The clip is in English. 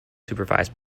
supervised